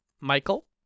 Michael